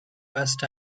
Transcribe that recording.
best